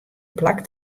plak